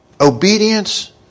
Obedience